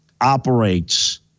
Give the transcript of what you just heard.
operates